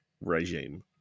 regime